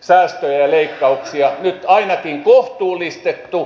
säästöjä ja leikkauksia nyt ainakin kohtuullistettu